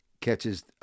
catches